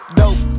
dope